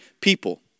people